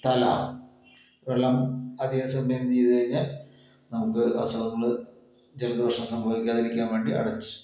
തല വെള്ളം അധിക സമയം നീന്തി കഴിഞ്ഞാൽ നമുക്ക് അസുഖങ്ങള് ജലദോഷം സംഭവിക്കാതെ ഇരിക്കാൻ വേണ്ടീട്ട് അടച്ച്